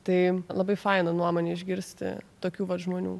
tai labai fainą nuomonę išgirsti tokių va žmonių